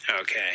Okay